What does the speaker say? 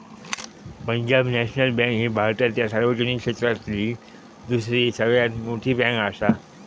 Punjab national bank ही भारतातल्या सार्वजनिक क्षेत्रातली दुसरी सगळ्यात मोठी बँकआसा